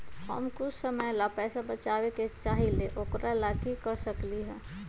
हम कुछ समय ला पैसा बचाबे के चाहईले ओकरा ला की कर सकली ह?